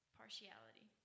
partiality